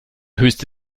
höchste